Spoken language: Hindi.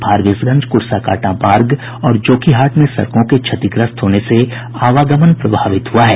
फारबिसगंज कुर्साकांटा मार्ग और जोकीहाट में सड़कों के क्षतिग्रस्त होने से आवागमन प्रभावित हुआ है